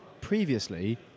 previously